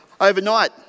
overnight